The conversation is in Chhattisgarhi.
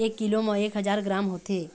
एक कीलो म एक हजार ग्राम होथे